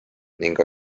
ning